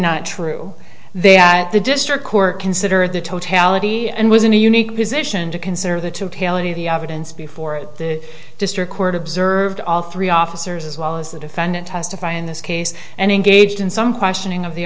not true that the district court considered the totality and was in a unique position to consider the totality of the evidence before it the district court observed all three officers as well as the defendant testify in this case and engaged in some questioning of the